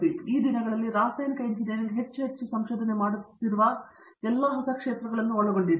ಆದ್ದರಿಂದ ಈ ದಿನಗಳಲ್ಲಿ ರಾಸಾಯನಿಕ ಎಂಜಿನಿಯರಿಂಗ್ ಹೆಚ್ಚು ಹೆಚ್ಚು ಸಂಶೋಧನೆ ಮಾಡುತ್ತಿರುವ ಎಲ್ಲ ಹೊಸ ಕ್ಷೇತ್ರಗಳಾಗಿವೆ